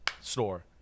store